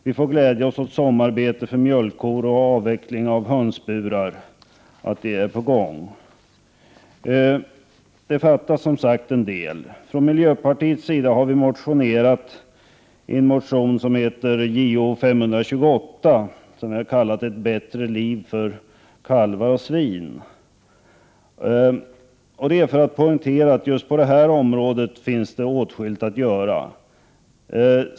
Vi får glädja oss åt att sommarbete för mjölkkor och avveckling av hönsburar är på gång, men det fattas en del. Från miljöpartiets sida har vi väckt en motion, Jo528, om ett bättre liv för kalvar och svin. Vi vill poängtera att det just på det här området finns åtskilligt att göra.